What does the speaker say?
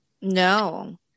No